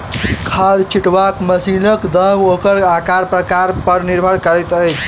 खाद छिटबाक मशीनक दाम ओकर आकार प्रकार पर निर्भर करैत अछि